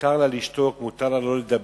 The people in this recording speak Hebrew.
מותר לה לשתוק, מותר לה שלא להגיב,